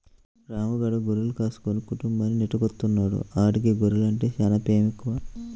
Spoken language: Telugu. రాము గాడు గొర్రెలు కాసుకుని కుటుంబాన్ని నెట్టుకొత్తన్నాడు, ఆడికి గొర్రెలంటే చానా పేమెక్కువ